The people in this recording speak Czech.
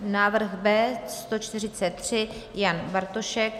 Návrh B143 Jan Bartošek.